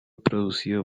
producido